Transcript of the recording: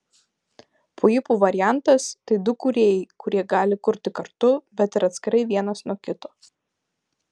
puipų variantas tai du kūrėjai kurie gali kurti kartu bet ir atskirai vienas nuo kito